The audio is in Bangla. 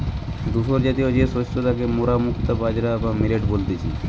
ধূসরজাতীয় যে শস্য তাকে মোরা মুক্তা বাজরা বা মিলেট বলতেছি